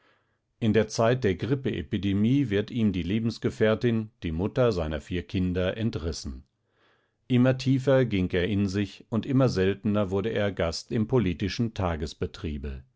in der zeit der grippe-epidemie wird ihm die lebensgefährtin die mutter seiner vier kinder entrissen immer tiefer ging er in sich und immer seltener wurde er gast im